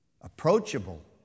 approachable